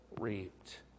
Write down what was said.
reaped